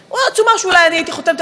עצומה שאולי הייתי חותמת עליה,